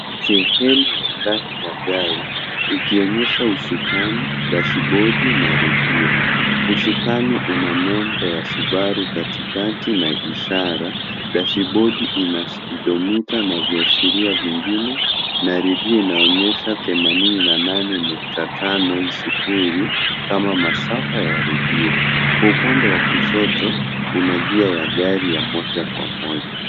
Sehemu ya ndani ya gari ikionyesha usukani, dashibodi na redio. Usukani una nembo ya Subaru katikati na ishara. Dashibodi ina spidomita na viashiria vingine na redio inaonyesha themanini na nane nukta tano sufuri kama masafa ya redio. Kwa upande wa kushoto kuna gia ya gari ya moja kwa moja.